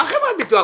מה חברת ביטוח?